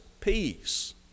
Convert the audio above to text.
peace